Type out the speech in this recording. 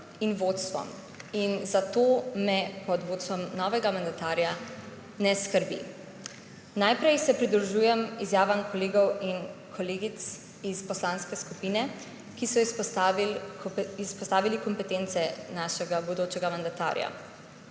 in vodstvom. In zato me pod vodstvom novega mandatarja ne skrbi. Najprej se pridružujem izjavam kolegov in kolegic iz poslanske skupine, ki so izpostavili kompetence našega bodočega mandatarja.